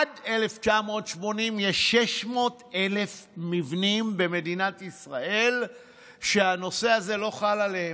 עד 1980 יש 600,000 מבנים במדינת ישראל שהנושא הזה לא חל עליהם.